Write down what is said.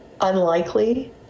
unlikely